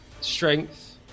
Strength